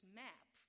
map